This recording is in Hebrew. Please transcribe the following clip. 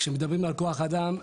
כשמדברים על כוח אדם,